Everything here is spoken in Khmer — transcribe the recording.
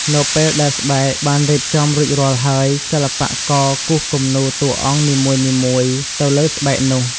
នៅពេលដែលស្បែកបានរៀបចំរួចរាល់ហើយ សិល្បករគូសគំនូរតួអង្គនីមួយៗទៅលើស្បែកនោះ។